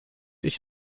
ich